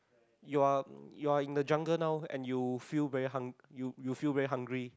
you are you are in a jungle now and you feel very hung~ you you feel very hungry